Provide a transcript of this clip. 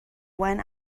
when